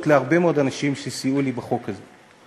להרבה מאוד אנשים שסייעו לי בחוק הזה: